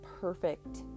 perfect